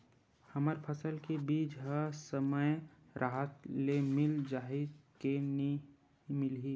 हमर फसल के बीज ह समय राहत ले मिल जाही के नी मिलही?